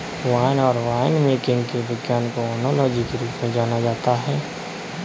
wine और winemaking के विज्ञान को ओनोलॉजी के रूप में जाना जाता है